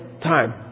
time